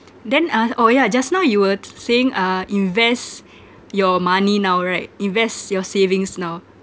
then uh oh ya just now you were s~ saying uh invest your money now right invest your savings now